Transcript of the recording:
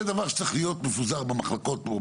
זה דבר שצריך להיות מפוזר במחלקות פה.